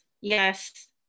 yes